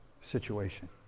situation